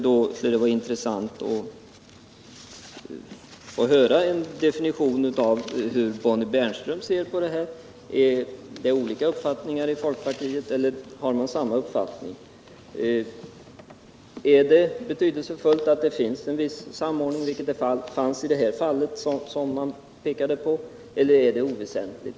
Då vore det intressant att höra hur Bonnie Bernström ser på detta. Är det olika uppfattningar inom folkpartiet eller har man samma uppfattning? Är det betydelsefullt att det finns en viss samordning, vilket det fanns i det här utpekade fallet, eller är det oväsentligt?